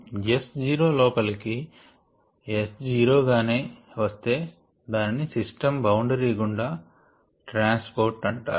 S0 లోపలికి S0 గానే వస్తే దానిని సిస్టం బౌండరీ గుండా ట్రాన్స్ పోర్ట్ అంటారు